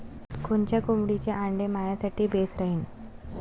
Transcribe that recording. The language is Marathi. कोनच्या कोंबडीचं आंडे मायासाठी बेस राहीन?